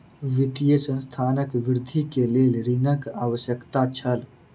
वित्तीय संस्थानक वृद्धि के लेल ऋणक आवश्यकता छल